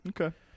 Okay